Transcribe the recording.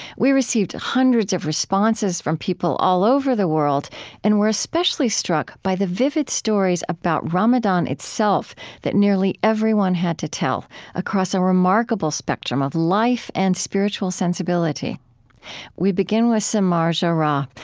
we received hundreds of responses from people all over the world and were especially struck by the vivid stories about ramadan itself that nearly everyone had to tell across a remarkable spectrum of life and spiritual sensibility we begin with samar jarrah,